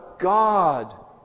God